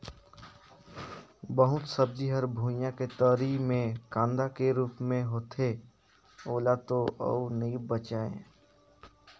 बहुत सब्जी हर भुइयां के तरी मे कांदा के रूप मे होथे ओला तो अउ नइ बचायें